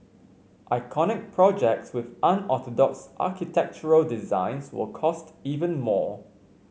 iconic projects with unorthodox architectural designs will cost even more